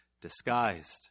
disguised